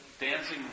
dancing